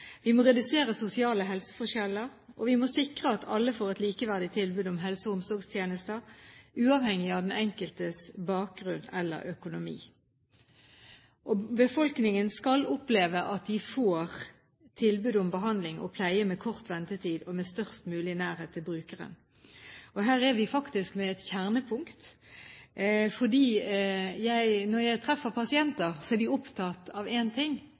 Vi må redusere sosiale helseforskjeller, og vi må sikre at alle får et likeverdig tilbud om helse- og omsorgstjenester, uavhengig av den enkeltes bakgrunn eller økonomi. Befolkningen skal oppleve at de får tilbud om behandling og pleie med kort ventetid og med størst mulig nærhet til brukeren. Her er vi faktisk ved et kjernepunkt, for når jeg treffer pasienter, er de opptatt av én ting